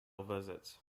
visits